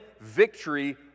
victory